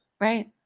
Right